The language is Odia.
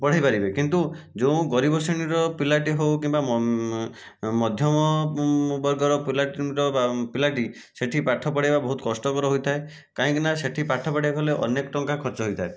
ପଢ଼ାଇ ପାରିବେ କିନ୍ତୁ ଯୋଉଁ ଗରିବ ଶ୍ରେଣୀର ପିଲାଟି ହେଉ କିମ୍ବା ମଧ୍ୟମବର୍ଗର ପିଲାଟି ସେଠି ପାଠ ପଢ଼ାଇବା ବହୁତ କଷ୍ଟକର ହୋଇଥାଏ କାହିଁକିନା ସେଠି ପାଠ ପଢ଼ାଇବାକୁ ହେଲେ ଅନେକ ଟଙ୍କା ଖର୍ଚ୍ଚ ହେଇଥାଏ